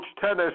Tennis